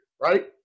right